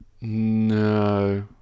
No